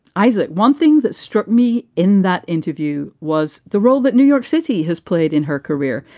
isaac, one thing that struck me in that interview was the role that new york city has played in her career.